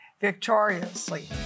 victoriously